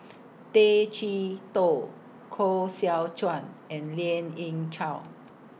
Tay Chee Toh Koh Seow Chuan and Lien Ying Chow